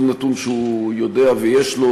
כל נתון שהוא יודע ויש לו,